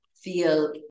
feel